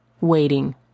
waiting